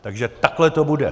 Takže takhle to bude.